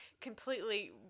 completely